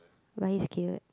why he is cute